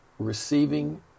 Receiving